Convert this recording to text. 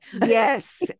Yes